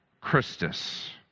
Christus